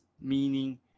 meaning